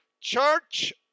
Church